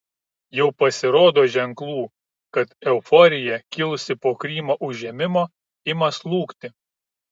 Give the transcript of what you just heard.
jau pasirodo ženklų kad euforija kilusi po krymo užėmimo ima slūgti